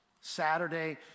Saturday